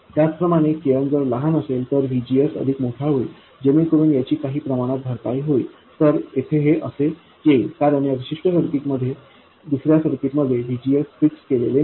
त्याचप्रमाणे kn जर लहान असेल तर VGS अधिक मोठा होईल जेणेकरून याची काही प्रमाणात भरपाई होईल तर येथे हे असे येईल कारण या विशिष्ट सर्किटमध्ये दुसर्या सर्किटमध्ये VG फिक्स केलेले नाही